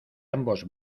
ambos